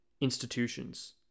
institutions